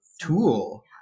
tool